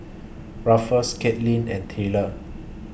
Ruffus Katelin and Tayler